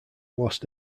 lost